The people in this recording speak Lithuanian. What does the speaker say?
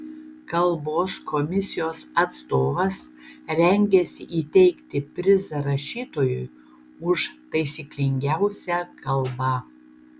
kalbos komisijos atstovas rengiasi įteikti prizą rašytojui už taisyklingiausią kalbą